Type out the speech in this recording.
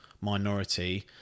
minority